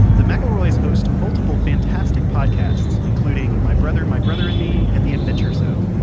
the mcelroys host multiple fantastic podcasts including my brother, my brother, and me, and the adventure zone.